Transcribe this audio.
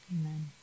amen